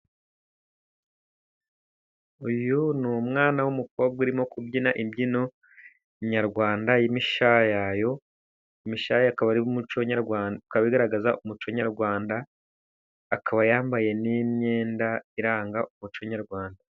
Uyu ni umwana w'umukobwa urimo kubyina imbyino nyarwanda y'imishayayo. Imishayayo akaba ari umuco nyarwanda, ikaba igaragaza umuco nyarwanda, akaba yambaye n'imyenda iranga umuco nyarwanda.